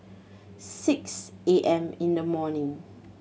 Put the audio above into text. six A M in the morning